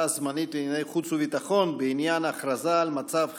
הזמנית לענייני חוץ וביטחון בעניין הכרזה על מצב חירום.